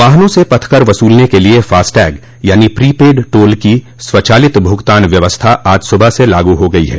वाहना से पथकर वसूलने के लिए फास्टैग यानी प्रीपेड टोल की स्वचालित भुगतान व्यवस्था आज सुबह से लागू हो गई है